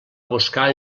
buscar